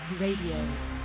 Radio